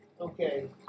Okay